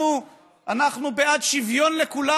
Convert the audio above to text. אנחנו בעד שוויון לכולם.